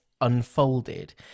unfolded